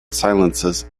silences